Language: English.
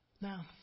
Now